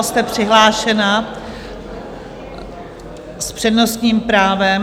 Jste přihlášená s přednostním právem.